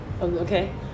Okay